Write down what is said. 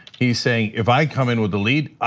he's saying, if i come in with the lead,